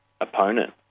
opponent